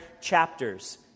chapters